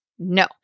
No